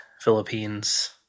Philippines